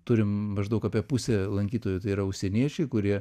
turim maždaug apie pusė lankytojų tai yra užsieniečiai kurie